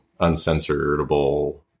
uncensorable